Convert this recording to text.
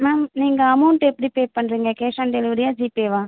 ma'am நீங்கள் அமௌண்டை எப்படி பே பண்ணுறீங்க கேஷ் ஆன் டெலிவரியா ஜிபேவா